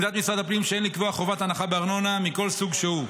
עמדת משרד הפנים היא שאין לקבוע חובת הנחה בארנונה מכל סוג שהוא,